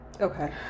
Okay